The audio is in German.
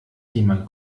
jemand